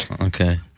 Okay